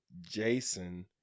Jason